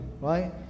Right